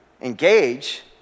engage